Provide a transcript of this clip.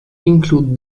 include